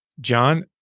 John